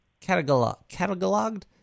cataloged